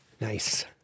Nice